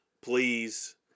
Please